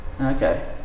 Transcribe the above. Okay